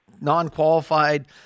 non-qualified